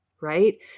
right